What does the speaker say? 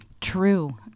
True